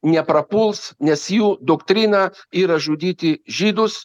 neprapuls nes jų doktrina yra žudyti žydus